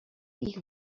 ich